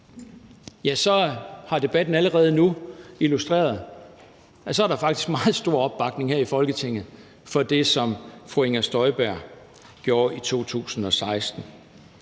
har debatten allerede nu illustreret, at så er der faktisk meget stor opbakning her i Folketinget til det, som fru Inger Støjberg gjorde i 2016.